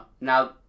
Now